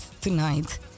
tonight